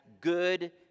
good